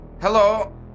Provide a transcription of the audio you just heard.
Hello